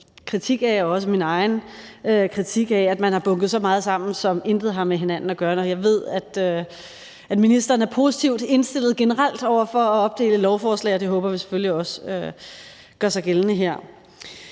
af – også min egen kritik – at man har bunket så meget sammen, som intet har med hinanden at gøre. Jeg ved, at ministeren generelt er positivt indstillet over for at opdele lovforslag, og det håber vi selvfølgelig også gør sig gældende her.